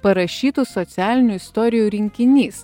parašytų socialinių istorijų rinkinys